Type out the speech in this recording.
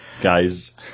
Guys